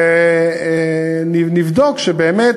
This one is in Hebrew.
ונבדוק שבאמת,